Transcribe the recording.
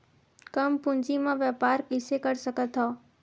कम पूंजी म व्यापार कइसे कर सकत हव?